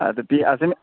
आ फ्ही असें